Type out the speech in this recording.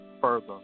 further